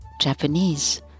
Japanese